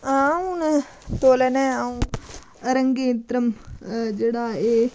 हां हून तोलै ने आ'ऊं एह् रंगेतरम जेह्ड़ा एह्